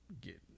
get